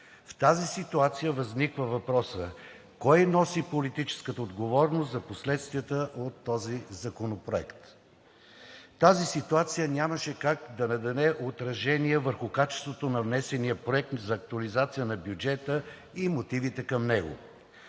В тази ситуация възниква въпросът кой носи политическата отговорност за последствията от този законопроект? Тази ситуация нямаше как да не даде отражение върху качеството на внесения проект за актуализация на бюджета и мотивите към него.